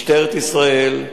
משטרת ישראל,